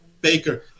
baker